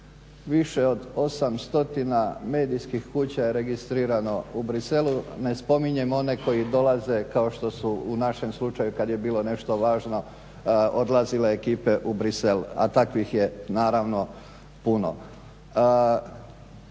Više od 800 medijskih kuća je registrirano u Bruxellesu, ne spominjem one koji dolaze kao što su u našem slučaju kad je bilo nešto važno odlazile ekipe u Bruxelles, a takvih je naravno puno.